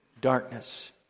Darkness